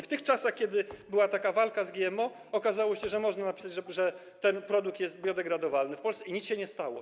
W czasach, kiedy była taka walka z GMO, okazało się, że można napisać, że ten produkt jest biodegradowalny w Polsce, i nic się nie stało.